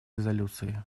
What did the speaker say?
резолюции